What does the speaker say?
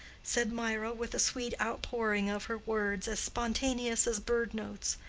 said mirah, with a sweet outpouring of her words, as spontaneous as bird-notes.